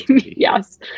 Yes